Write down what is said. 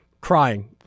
crying